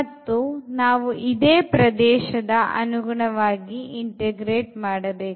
ಮತ್ತು ನಾವು ಇದೇ ಪ್ರದೇಶದ ಅನುಗುಣವಾಗಿ ಇಂಟೆಗ್ರೇಟ್ ಮಾಡಬೇಕು